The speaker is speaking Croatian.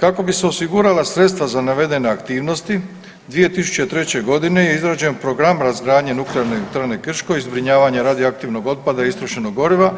Kako bi se osigurala sredstava za navedene aktivnosti 2003.g. je izrađen program razgradnje Nuklearne elektrane Krško i zbrinjavanje radioaktivnog otpada istrošenog goriva